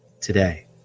today